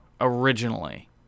Originally